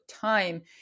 time